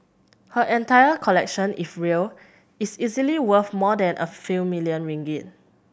her entire collection if real is easily worth more than a few million ringgit